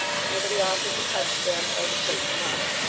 but nobody offered to touch them, or to take them up.